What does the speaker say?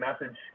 message